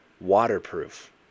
waterproof